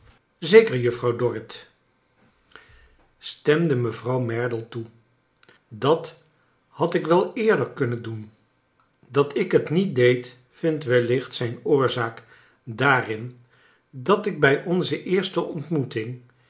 zeker juffrouw dorrit stemde mevrouw merdle toe dat had ik wel eerder kunnen doen dat ik het niet deed vindt wellicht zijn oorzaak daarin dat ik bij onze eerste ontmoeting